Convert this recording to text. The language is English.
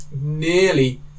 nearly